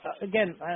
again